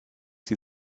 sie